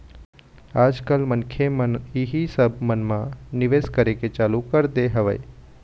आज कल मनखे मन इही सब मन म निवेश करे के चालू कर दे हवय